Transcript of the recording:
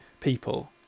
people